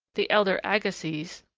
the elder agassiz,